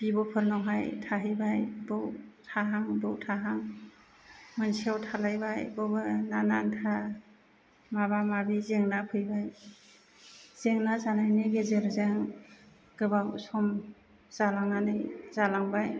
बिब'फोरनावहाय थाहैबाय बाव थाहां बाव थाहां मोनसेयाव थालायबाय बावबो नानाथा माबा माबि जेंना फैबाय जेंना जानायनि गेजेरजों गोबां सम जालांनानै जालांबाय